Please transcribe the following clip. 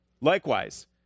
Likewise